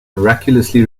miraculously